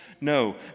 no